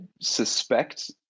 suspect